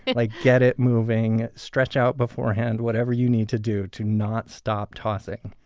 it, like get it moving. stretch out beforehand, whatever you need to do to not stop tossing.